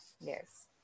Yes